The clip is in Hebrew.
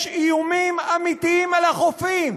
יש איומים אמיתיים על החופים.